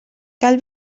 cal